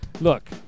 look